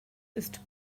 ist